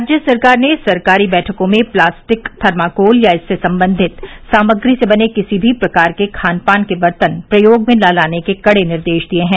राज्य सरकार ने सरकारी बैठकों में प्लास्टिक थर्माकोल या इससे संबंधित सामग्री से बने किसी भी प्रकार के खान पान के बर्तन प्रयोग में न लाने के कड़े निर्देश दिये हैं